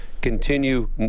continue